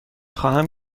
خواهم